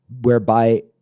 whereby